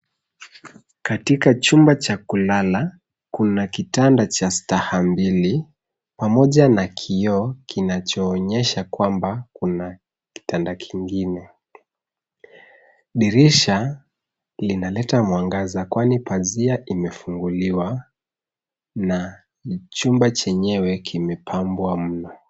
Katika chumba cha kulala. Kuna kitanda cha staha mbili pamoja na kioo kinachoonyesha kwamba kuna kitanda kingine. Dirisha linaleta mwangaza kwani pazia imefunguliwa na chumba chenyewe kimepambwa mno.